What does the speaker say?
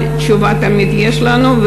אבל תשובה תמיד יש לנו.